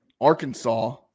Arkansas